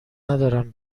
ندارم